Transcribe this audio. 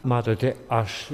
matote aš